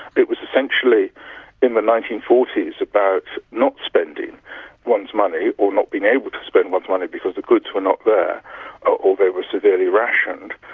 it was essentially in the nineteen forty s about not spending one's money or not being able to spend one's money because the goods were not there or or they were severely rationed.